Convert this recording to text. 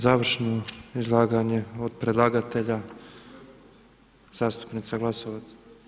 Završno izlaganje predlagatelja zastupnica Glasovac.